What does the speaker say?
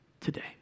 today